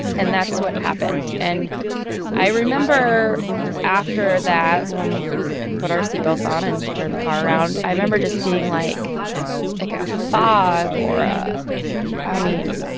and that's what happened. and i remember after that, when we put our seat belts on and turned the car around, i remember just being like like a fog or a i mean,